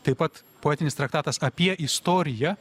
taip pat poetinis traktatas apie istoriją